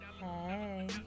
Hey